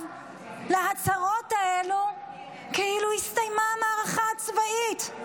להצהרות האלו כאילו הסתיימה המערכה הצבאית,